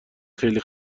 خیلی